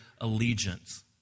allegiance